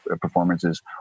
performances